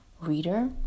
reader